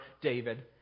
David